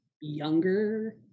younger